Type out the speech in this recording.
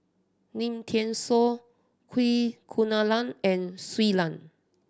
Lim Thean Soo Kunalan and Shui Lan